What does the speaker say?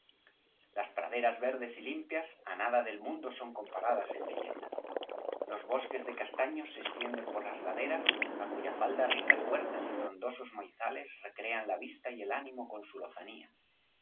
las praderas verdes y limpias á nada del mundo son comparadas en belleza los bosques de castaños se extienden por las laderas á cuya falda ricas huertas y frondosos maizales recrean a vista y el ánimo con su lozanía